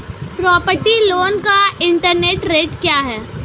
Property loan का interest rate क्या है?